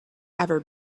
ever